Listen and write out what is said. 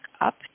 up